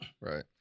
right